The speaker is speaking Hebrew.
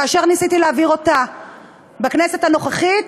כאשר ניסיתי להעביר אותה בכנסת הנוכחית,